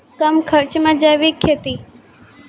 कम खर्च मे जैविक खेती?